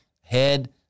head